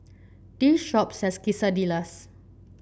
this shop sells Quesadillas